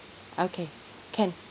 okay can